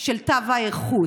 של תו האיכות.